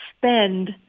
spend